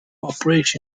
operation